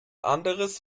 anderes